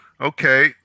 okay